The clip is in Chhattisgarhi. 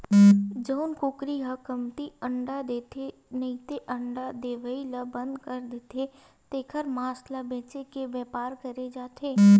जउन कुकरी ह कमती अंडा देथे नइते अंडा देवई ल बंद कर देथे तेखर मांस ल बेचे के बेपार करे जाथे